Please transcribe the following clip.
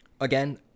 again